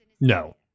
No